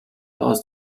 aus